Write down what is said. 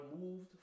moved